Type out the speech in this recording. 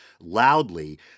loudly